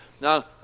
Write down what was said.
Now